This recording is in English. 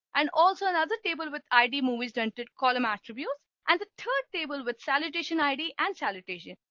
and also another table with id movie stunted column attributes and the third table with salutation id and shallot asia.